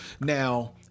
Now